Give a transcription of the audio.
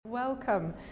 Welcome